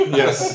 yes